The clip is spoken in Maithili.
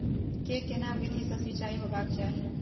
के केना विधी सॅ सिंचाई होबाक चाही?